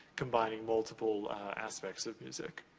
combining multiple aspects of music.